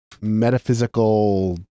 metaphysical